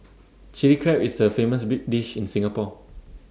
Chilli Crab is A famous bit dish in Singapore